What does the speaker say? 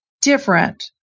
different